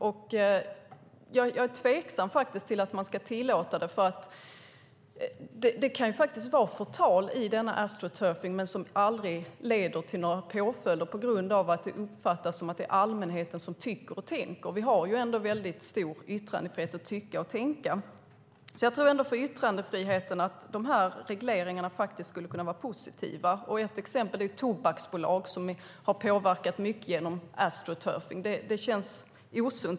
Jag är faktiskt tveksam till att man ska tillåta det, för det kan vara förtal i denna astroturfing som aldrig leder till några påföljder på grund av att det uppfattas som att det är allmänheten som tycker och tänker. Vi har ändå väldigt stor frihet att tycka och tänka. Jag tror alltså att dessa regleringar skulle kunna vara positiva för yttrandefriheten. Ett exempel är tobaksbolag, som har påverkat mycket genom astroturfing. Det känns osunt.